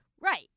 Right